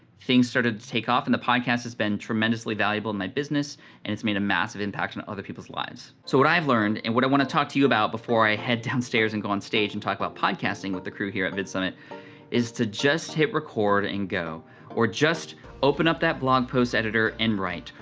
things started to take off and the podcast has been tremendously valuable in my business and it's made a massive impact on other people's lives. so what i have learned and what i wanna talk to you about before i head downstairs and go onstage and talk about podcasting with the crew here at vidsummit is to just hit record and go or just open up that blog post editor and write.